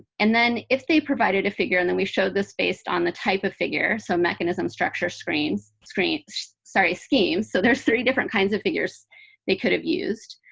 and then if they provided a figure and then we showed this based on the type of figure so mechanism structure screens screams sorry, schemes. so there's three different kinds of figures they could have used.